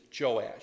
Joash